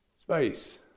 space